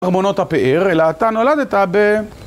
...ארמונות הפאר, אלא אתה נולדת ב...